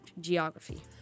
geography